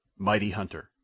mighty hunter.